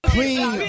Clean